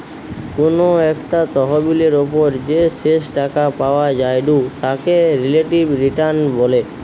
কোনো একটা তহবিলের ওপর যে শেষ টাকা পাওয়া জায়ঢু তাকে রিলেটিভ রিটার্ন বলে